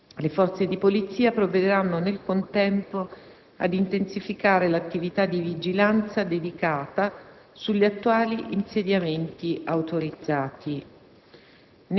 Le forze di polizia provvederanno nel contempo ad intensificare l'attività di vigilanza dedicata sugli attuali insediamenti autorizzati.